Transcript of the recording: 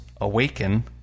awaken